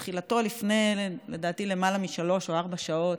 בתחילתו, לפני לדעתי למעלה משלוש או ארבע שעות,